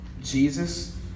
Jesus